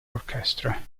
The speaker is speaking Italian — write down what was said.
orchestra